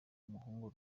umuhungu